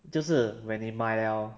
就是 when 你买 liao